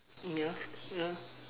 ya ya